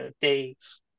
days